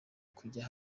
kujya